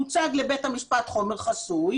הוצג לבית המשפט חומר חסוי"